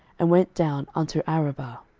and went down unto arabah